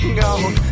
gone